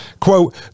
Quote